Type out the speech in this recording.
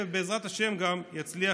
ובעזרת השם גם יצליח,